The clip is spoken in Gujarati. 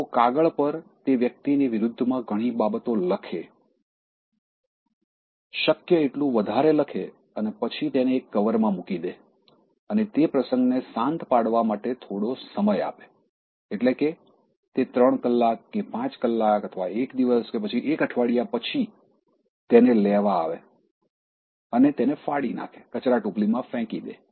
તેઓ કાગળ પર તે વ્યક્તિની વિરુદ્ધમાં ઘણી બાબતો લખે શક્ય તેટલું વધારે લખે અને પછી તેને એક કવરમાં મૂકી દે અને તે પ્રસંગને શાંત પડવા માટે થોડો સમય આપે એટલે કે તે ત્રણ કલાક કે પાંચ કલાક અથવા એક દિવસ કે પછી એક અઠવાડિયા પછી તેને લેવા આવે અને તેને ફાડી નાખે કચરાટોપલી માં ફેંકી દે